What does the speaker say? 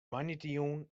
moandeitejûn